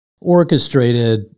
orchestrated